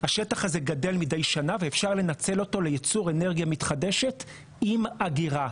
השטח הזה גדל מדי שנה ואפשר לנצל אותו ליצור אנרגיה מתחדשת עם אגירה,